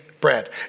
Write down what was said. bread